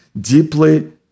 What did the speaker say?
deeply